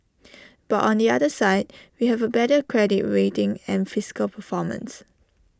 but on the other side we have A better credit rating and fiscal performance